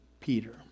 Peter